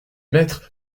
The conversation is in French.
maître